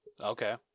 Okay